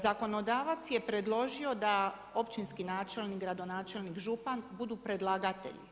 Zakonodavac je predložio da općinski načelnik, gradonačelnik, župan budu predlagatelji.